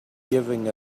giving